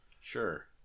sure